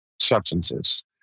substances